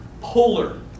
polar